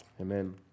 Amen